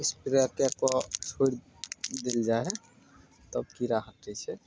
spray कऽके छोड़ि देल जाइ हइ तब कीड़ा हटय छै